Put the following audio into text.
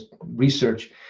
research